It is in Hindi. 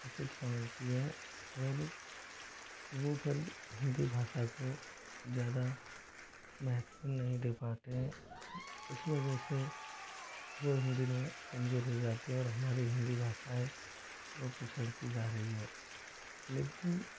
उचित समझती है और वो फिर हिंदी भाषा को ज़्यादा महत्व नहीं दे पाते हैं इस वजह से वो हिंदी में कमज़ोर हो जाते हैं और हमारी हिंदी भाषा है वो पिछड़ती जा रही है लेकिन